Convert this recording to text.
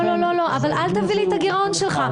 לא, לא, אבל אל תביא לי את הגירעון שלך.